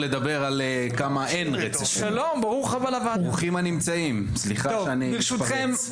סליחה שאני מתפרץ,